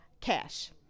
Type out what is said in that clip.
cash